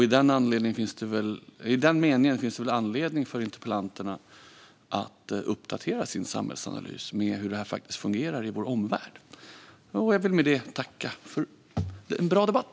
I den meningen finns det väl anledning för deltagarna i denna interpellationsdebatt att uppdatera sin samhällsanalys med hur det här faktiskt fungerar i vår omvärld. Jag vill med detta tacka för en bra debatt.